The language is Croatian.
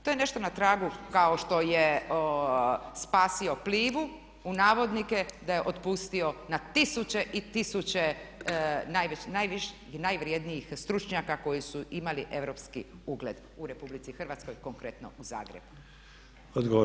To je nešto na tragu kao što je spasio PLIVA-u u navodnike, da je otpustio na tisuće i tisuće najviših i najvrijednijih stručnjaka koji su imali europski ugled u RH konkretno u Zagrebu.